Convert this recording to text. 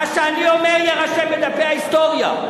מה שאני אומר יירשם בדפי ההיסטוריה.